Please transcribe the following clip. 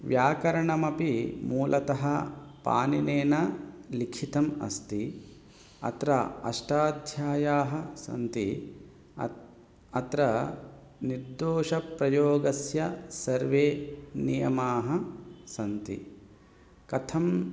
व्याकरणमपि मूलतः पाणिनेः लिखितम् अस्ति अत्र अष्टाध्यायाः सन्ति अत् अत्र निर्दोषप्रयोगस्य सर्वे नियमाः सन्ति कथम्